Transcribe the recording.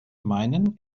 meinen